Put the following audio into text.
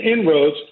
inroads